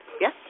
Yes